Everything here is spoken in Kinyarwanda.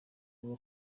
bwo